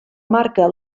marca